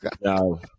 No